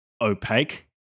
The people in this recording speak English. opaque